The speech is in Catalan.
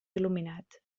il·luminat